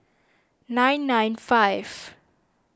nine nine five